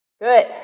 Good